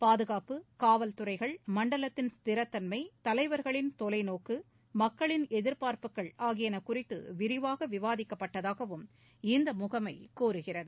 பாதுகாப்பு காவல் துறைகள் மண்டலத்தின் ஸ்திரத்தன்மை தலைவர்களின் தொலைநோக்கு மக்களின் எதிர்பார்ப்புகள் ஆகியன குறித்து விரிவாக விவாதிக்கப்பட்டதாகவும் இந்த முகமை கூறுகிறது